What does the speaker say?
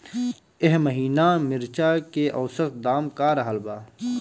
एह महीना मिर्चा के औसत दाम का रहल बा?